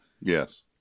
Yes